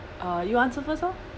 uh you answer first lor